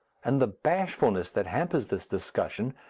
and the bashfulness that hampers this discussion,